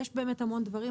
יש באמת המון דברים,